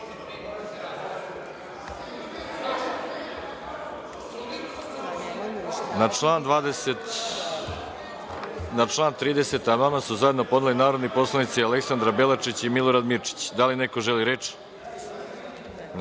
)Na član 30. amandman su zajedno podneli narodni poslanici Aleksandra Belačić i Milorad Mirčić. Da li neko želi reč?